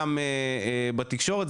גם בתקשורת,